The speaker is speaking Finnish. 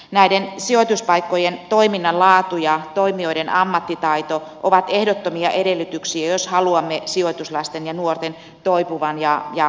näiden sijoituspaikkojen toiminnan laatu ja toimijoiden ammattitaito ovat ehdottomia edellytyksiä jos haluamme sijoituslasten ja nuorten toipuvan ja myös kuntoutuvan